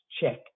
check